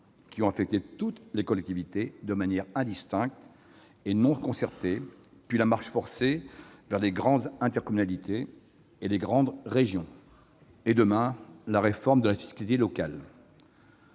qui ont affecté toutes les collectivités de manière indistincte et non concertée, puis la marche forcée vers les grandes intercommunalités et les grandes régions et, demain, la réforme de la fiscalité locale.